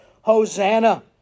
Hosanna